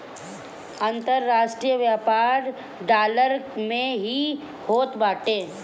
अन्तरराष्ट्रीय व्यापार डॉलर में ही होत बाटे